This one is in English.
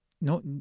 no